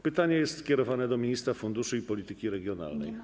Pytanie jest skierowane do ministra funduszy i polityki regionalnej.